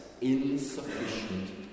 insufficient